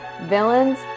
villains